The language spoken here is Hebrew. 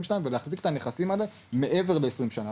שלהם ולהחזיק את הנכסים האלה מעבר ל-20 שנה.